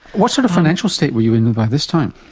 what sort of financial state were you in by this time?